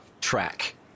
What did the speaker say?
track